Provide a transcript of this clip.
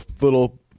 little